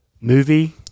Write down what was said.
movie